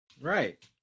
Right